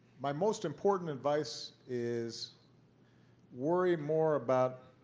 my most important advice is worry more about